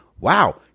Wow